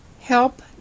help